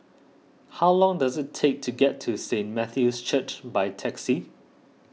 how long does it take to get to Saint Matthew's Church by taxi